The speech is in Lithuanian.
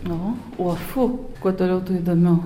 nu o fu kuo toliau tuo įdomiau